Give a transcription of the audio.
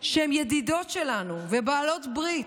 שהן ידידות שלנו ובעלות ברית,